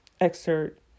excerpt